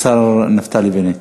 השר נפתלי בנט.